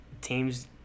teams